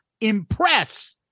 impress